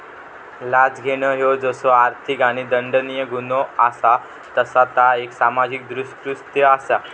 लाच घेणा ह्यो जसो आर्थिक आणि दंडनीय गुन्हो असा तसा ता एक सामाजिक दृष्कृत्य असा